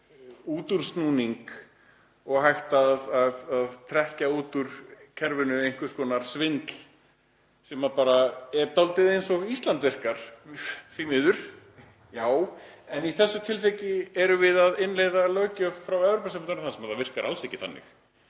útúrsnúning og hægt að trekkja út úr kerfinu einhvers konar svindl, sem bara er dálítið eins og Ísland virkar, því miður. En í þessu tilviki erum við að innleiða löggjöf frá Evrópusambandinu þar sem það virkar alls ekki þannig.